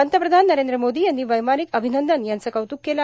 पंतप्रधान नरेंद्र मोदी यांनी वैमानिक अभिनंदन यांचं कौतुक केलं